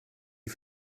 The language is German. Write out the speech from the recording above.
die